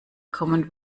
common